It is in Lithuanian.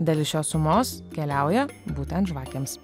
dalis šios sumos keliauja būtent žvakėms